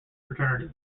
fraternity